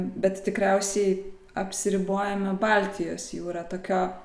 bet tikriausiai apsiribojame baltijos jūra tokio